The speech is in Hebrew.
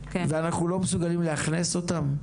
ואנחנו לא מסוגלים לאכלס אותם?